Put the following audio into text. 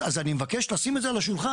אז אני מבקש לשים את זה על השולחן.